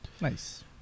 Nice